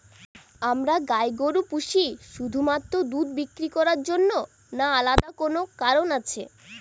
আমরা গাই গরু পুষি শুধুমাত্র দুধ বিক্রি করার জন্য না আলাদা কোনো কারণ আছে?